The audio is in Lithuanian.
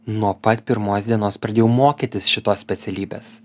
nuo pat pirmos dienos pradėjau mokytis šitos specialybės